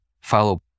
follow